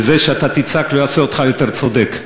וזה שאתה תצעק לא יעשה אותך יותר צודק.